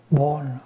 born